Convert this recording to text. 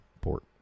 port